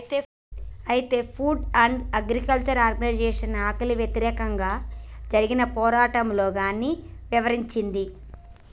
అయితే food and agriculture organisation ఆకలికి వ్యతిరేకంగా జరిగిన పోరాటంలో గాన్ని ఇవరించింది